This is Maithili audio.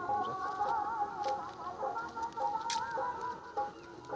चिकनी माटी में कोन फसल अच्छा होय छे?